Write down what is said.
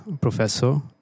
professor